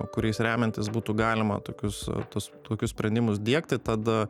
kuriais remiantis būtų galima tokius tuos tokius sprendimus diegti tad